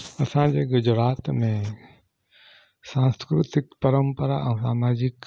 असांजे गुजरात में सांस्कृतिक परंपरा ऐं सामाजिक